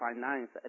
finance